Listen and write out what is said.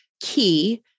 key